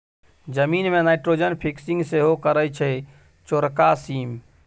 जमीन मे nitrogen fixing सेहो करय छै चौरका सीम